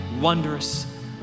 wondrous